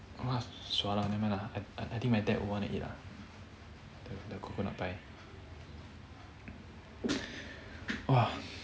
sua lah nevermind lah I think my dad would wanna eat lah the coconut pie !wah!